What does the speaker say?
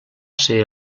ser